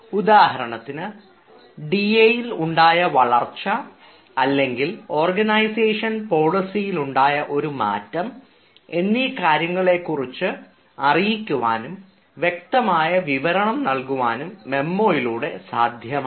ഉദാഹരണത്തിന് ഡിഎ യിൽ ഉണ്ടായ ഉയർച്ച അല്ലെങ്കിൽ ഓർഗനൈസേഷൻ പോളിസിയിൽ ഉണ്ടായ ഒരു മാറ്റം എന്നീ കാര്യങ്ങളെക്കുറിച്ച് അറിയിക്കുവാനും വ്യക്തമായ വിവരണം നൽകുവാനും മെമ്മോയിലൂടെ സാധ്യമാണ്